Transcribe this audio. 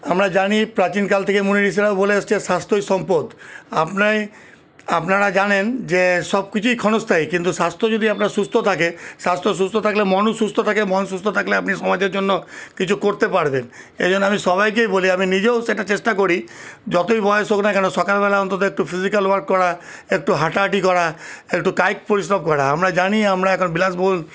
আমরা জানি প্রাচীনকাল থেকে মুনি ঋষিরাও বলে এসেছে স্বাস্থ্যই সম্পদ আপনি আপনারা জানেন যে সব কিছুই ক্ষণস্থায়ী কিন্তু স্বাস্থ্য যদি আপনার সুস্থ্য থাকে স্বাস্থ্য সুস্থ্য থাকলে মনও সুস্থ থাকে মন সুস্থ থাকলে আপনি সমাজের জন্য কিছু করতে পারবেন এই জন্যে আমি সবাইকেই বলি আমি নিজেও সেটা চেষ্টা করি যতই বয়স হোক না কেন সকালবেলায় অন্তত একটু ফিজিক্যাল ওয়ার্ক করা একটু হাঁটা হাঁটি করা একটু কায়িক পরিশ্রম করা আমরা জানি এখন আমরা বিলাসবহুল